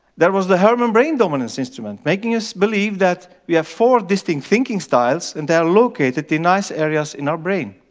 there was the herrmann brain dominance instrument, making us believe that we have four distinct thinking styles and they're located in nice areas in our brain.